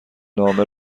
نامه